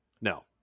No